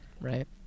right